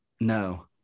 No